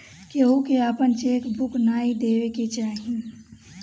केहू के आपन चेक बुक नाइ देवे के चाही